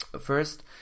First